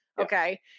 okay